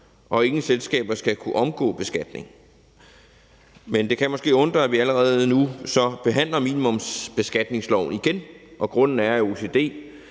at ingen selskaber skal kunne omgå beskatning. Men det kan måske undre, at vi allerede nu så behandler minimumsbeskatningsloven igen, og grunden er, at OECD